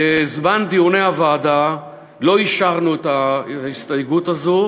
בזמן דיוני הוועדה לא אישרנו את ההסתייגות הזו,